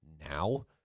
now